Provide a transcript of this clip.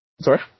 Sorry